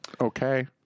Okay